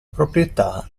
proprietà